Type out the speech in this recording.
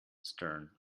stern